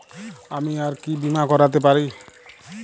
আমি আর কি বীমা করাতে পারি?